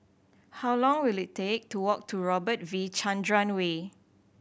how long will it take to walk to Robert V Chandran Way